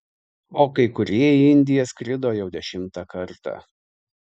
o kai kurie į indiją skrido jau dešimtą kartą